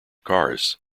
cars